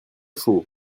chaud